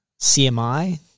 CMI